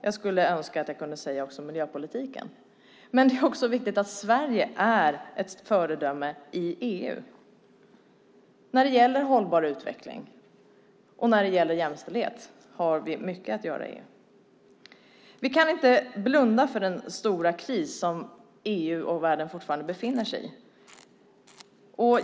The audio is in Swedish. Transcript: Jag skulle önska att jag också kunde säga miljöpolitik. Men det är också viktigt att Sverige är ett föredöme i EU. När det gäller hållbar utveckling och när det gäller jämställdhet har vi mycket att göra i EU. Vi kan inte blunda för den stora kris som EU och världen fortfarande befinner sig i.